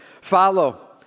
follow